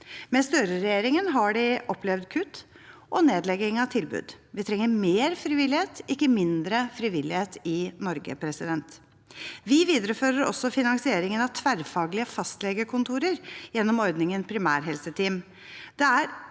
Med Støre-regjeringen har de opplevd kutt og nedlegging av tilbud. Vi trenger mer frivillighet, ikke mindre frivillighet i Norge. Vi viderefører også finansieringen av tverrfaglige fastlegekontorer gjennom ordningen primærhelseteam.